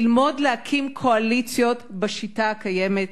ללמוד להקים קואליציות בשיטה הקיימת,